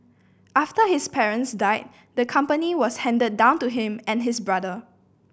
after his parents died the company was handed down to him and his brother